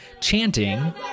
chanting